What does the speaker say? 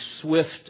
swift